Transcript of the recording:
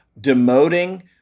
demoting